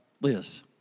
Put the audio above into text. Liz